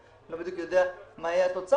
לאן להקצות אותו.